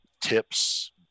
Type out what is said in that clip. tips